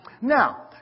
Now